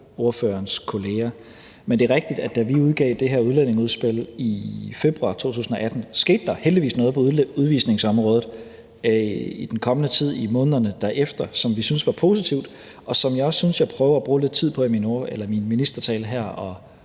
ordførerens kolleger. Men det er rigtigt, at da vi udgav det her udlændingeudspil i februar 2018, skete der heldigvis noget på udvisningsområdet i månederne derefter, som vi syntes var positivt, og som jeg også synes jeg prøver at bruge lidt tid her i min ministertale på